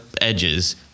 edges